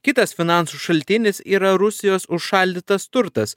kitas finansų šaltinis yra rusijos užšaldytas turtas